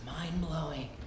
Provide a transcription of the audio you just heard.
mind-blowing